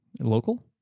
Local